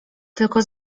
tylko